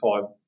five